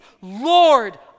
Lord